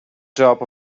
job